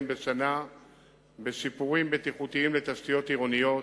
בשנה בשיפורים בטיחותיים לתשתיות עירוניות.